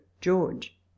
George